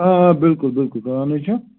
آ آ بِلکُل بِلکُل کَران ہے چھُ